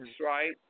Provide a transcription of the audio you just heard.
right